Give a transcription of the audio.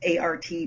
ART